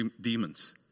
demons